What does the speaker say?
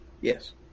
Yes